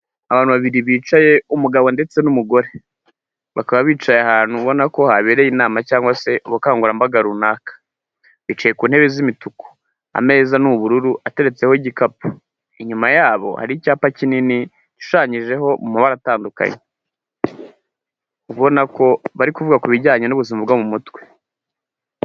Abantu babiri bicaye umugabo ndetse n'umugore, bakaba bicaye ahantu ubona ko habereye inama se ubukangurambaga runaka, bicaye ku ntebe z'imituku, ameza ni ubururu ateretseho igikapu, inyuma yabo hari icyapa kinini gishushanyijeho mu mabara atandukanye, ubona ko bari kuvuga ibijyanye n'ubuzima bwo mu mutwe.